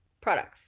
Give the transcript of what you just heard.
products